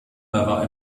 war